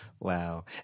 Wow